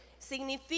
Significa